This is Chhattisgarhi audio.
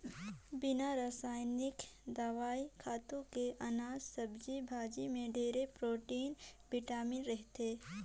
बिना रसइनिक दवई, खातू के अनाज, सब्जी भाजी में ढेरे प्रोटिन, बिटामिन रहथे